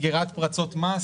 -- סגירת פרצות מס,